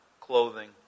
clothing